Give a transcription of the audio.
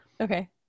Okay